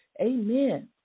Amen